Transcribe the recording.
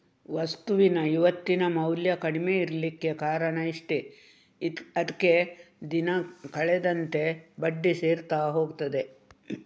ವಸ್ತುವಿನ ಇವತ್ತಿನ ಮೌಲ್ಯ ಕಡಿಮೆ ಇರ್ಲಿಕ್ಕೆ ಕಾರಣ ಇಷ್ಟೇ ಅದ್ಕೆ ದಿನ ಕಳೆದಂತೆ ಬಡ್ಡಿ ಸೇರ್ತಾ ಹೋಗ್ತದೆ